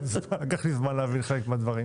לקח לי זמן להבין חלק מהדברים.